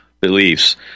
beliefs